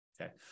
Okay